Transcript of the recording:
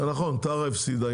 זה נכון, טרה הפסידה.